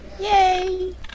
Yay